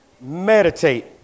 meditate